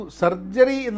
surgery